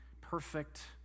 perfect